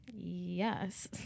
yes